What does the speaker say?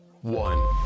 one